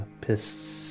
Piss